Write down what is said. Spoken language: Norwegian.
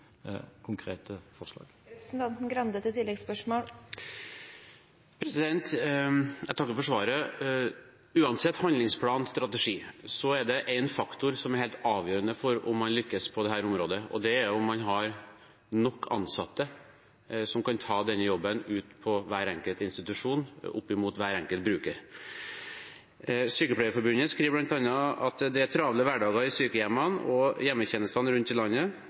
konkrete forslag. Jeg takker for svaret. Uansett handlingsplan eller strategi, så er det en faktor som er helt avgjørende for om man lykkes på dette området, og det er om man har nok ansatte som kan ta den jobben ut til hver enkelt institusjon opp mot hver enkelt bruker. Sykepleierforbundet skriver bl.a. at det er travle hverdager i sykehjemmene og i hjemmetjenestene rundt i landet,